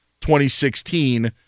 2016